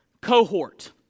cohort